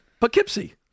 Poughkeepsie